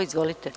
Izvolite.